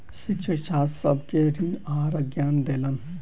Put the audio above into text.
शिक्षक छात्र सभ के ऋण आहारक ज्ञान देलैन